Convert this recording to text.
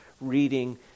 reading